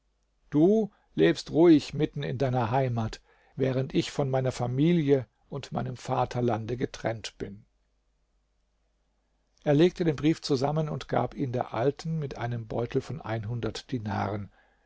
du lebst ruhig mitten in deiner heimat während ich von meiner familie und meinem vaterlande getrennt bin er legte den brief zusammen und gab ihn der alten mit einem beutel von einhundert dinaren